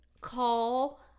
call